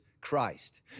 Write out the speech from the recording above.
Christ